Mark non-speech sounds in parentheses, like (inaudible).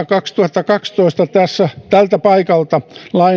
(unintelligible) kaksituhattakaksitoista tältä paikalta